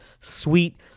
sweet